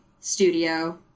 studio